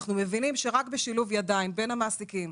אנחנו מבינים שרק בשילוב ידיים בין המעסיקים,